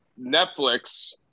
netflix